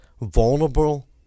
vulnerable